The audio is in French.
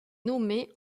nommée